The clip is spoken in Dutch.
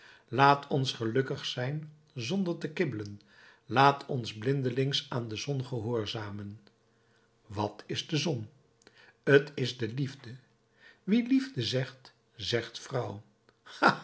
laat ons gelukkig zijn zonder te kibbelen laat ons blindelings aan de zon gehoorzamen wat is de zon t is de liefde wie liefde zegt zegt vrouw